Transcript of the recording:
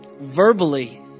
verbally